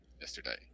yesterday